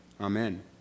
Amen